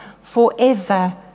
forever